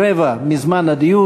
רבע מזמן הדיון,